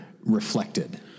reflected